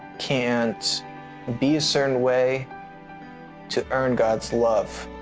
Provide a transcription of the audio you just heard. can't be a certain way to earn god's love